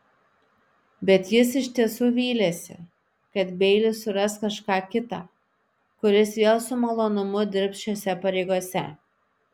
bet jis iš tiesų vylėsi kad beilis suras kažką kitą kuris vėl su malonumu dirbs šiose pareigose